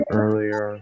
earlier